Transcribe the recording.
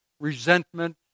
resentment